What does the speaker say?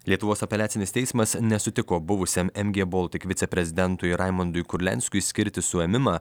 lietuvos apeliacinis teismas nesutiko buvusiam mg baltic viceprezidentui raimondui kurlianskiui skirti suėmimą